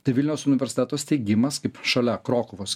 tai vilniaus universiteto steigimas kaip šalia krokuvos